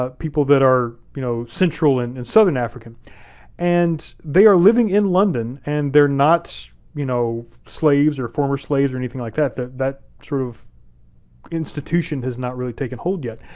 ah people that are you know central and and southern african and they are living in london and they're not you know slaves or former slaves or anything like that. that that sort of institution has not really taken hold yet.